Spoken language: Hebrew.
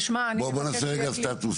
בואו נעשה רגע סטטוס.